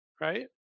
right